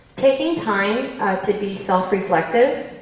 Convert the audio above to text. taking time to be self reflective,